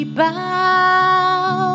bow